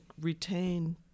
retain